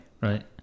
Right